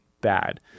bad